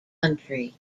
country